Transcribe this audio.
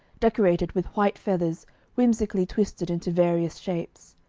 decorated with white feathers whimsically twisted into various shapes.